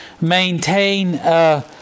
maintain